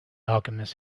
alchemist